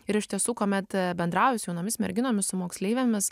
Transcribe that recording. ir iš tiesų kuomet bendrauju su jaunomis merginomis su moksleivėmis